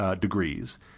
degrees